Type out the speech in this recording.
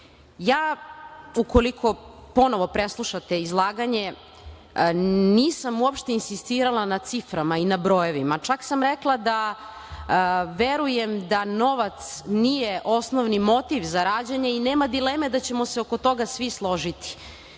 ponovo preslušate izlaganje nisam uopšte insistirala na ciframa i na brojevima, čak sam rekla da verujem da novac nije osnovni motiv za rađanje i nema dileme da ćemo se oko toga svi složiti.